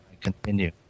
continue